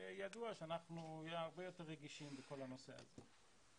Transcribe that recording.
וידוע שאנחנו הרבה יותר רגישים בכל הנושא הזה.